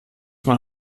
man